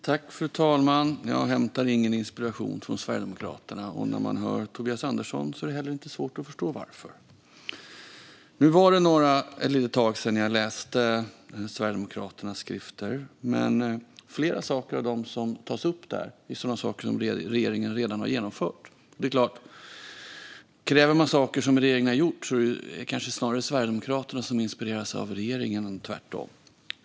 Fru talman! Jag hämtar ingen inspiration från Sverigedemokraterna. När man hör Tobias Andersson är det inte heller svårt att förstå varför. Nu var det ett litet tag sedan jag läste Sverigedemokraternas skrifter. Men flera saker av det som tas upp där är sådana saker som regeringen redan har genomfört. Om man kräver saker som regeringen har gjort är det kanske snarare Sverigedemokraterna som inspireras av regeringen än tvärtom.